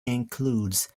includes